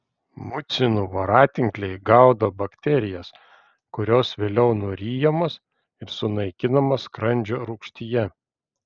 mucinų voratinkliai gaudo bakterijas kurios vėliau nuryjamos ir sunaikinamos skrandžio rūgštyje